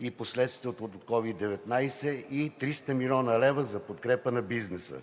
и последствията от COVID-19, и 300 млн. лв. за подкрепа на бизнеса.